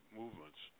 movements